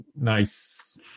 nice